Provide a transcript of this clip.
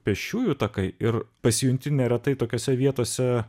pėsčiųjų takai ir pasijunti neretai tokiose vietose